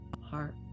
heart